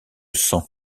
sang